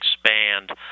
expand